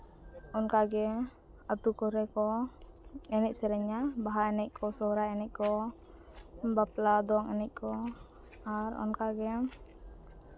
ᱚᱱᱠᱟ ᱜᱮ ᱟᱹᱛᱩ ᱠᱚᱨᱮ ᱠᱚ ᱮᱱᱮᱡ ᱥᱮᱨᱮᱧᱟ ᱵᱟᱦᱟ ᱮᱱᱮᱡ ᱠᱚ ᱥᱚᱦᱚᱨᱟᱭ ᱮᱱᱮᱡ ᱠᱚ ᱵᱟᱯᱞᱟ ᱫᱚᱝ ᱮᱱᱮᱡ ᱠᱚ ᱟᱨ ᱚᱱᱠᱟ ᱜᱮ